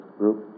group